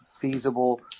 feasible